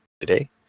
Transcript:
Today